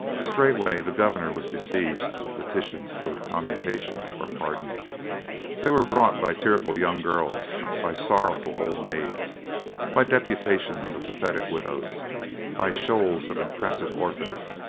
straightway the governor was besieged with petitions for commutation or pardon they were brought by tearful young girls by sorrowful old maids by deputations of pathetic widows by shoals of impressive orphans.